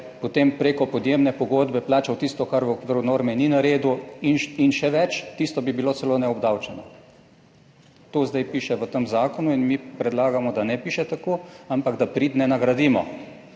potem preko podjemne pogodbe plačal tisto, kar v okviru norme ni naredil in še več, tisto bi bilo celo neobdavčeno, to zdaj piše v tem zakonu in mi predlagamo, da ne piše tako, ampak da pridne nagradimo.